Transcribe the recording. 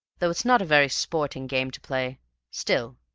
though it's not a very sporting game to play still,